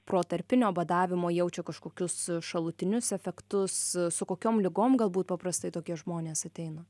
protarpinio badavimo jaučia kažkokius šalutinius efektus su kokiom ligom galbūt paprastai tokie žmonės ateina